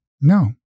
no